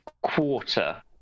quarter